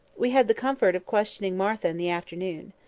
we had the comfort of questioning martha in the afternoon.